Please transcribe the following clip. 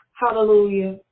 hallelujah